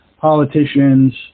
politicians